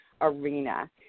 arena